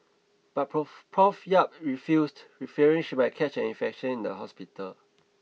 but Prof Prof Yap refused fearing she might catch an infection in the hospital